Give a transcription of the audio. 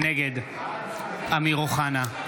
נגד אמיר אוחנה,